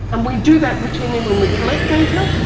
and we do that routinely when we collect data,